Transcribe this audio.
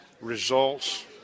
results